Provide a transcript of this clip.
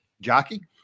Jockey